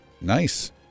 Nice